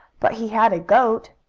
but he had a goat.